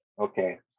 okay